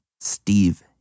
Steve